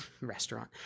restaurant